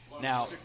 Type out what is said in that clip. Now